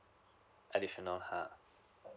additional ah